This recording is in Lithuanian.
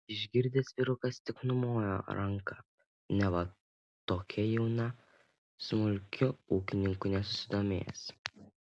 išgirdęs vyrukas tik numojo ranka neva tokia jauna smulkiu ūkininku nesusidomės